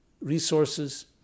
resources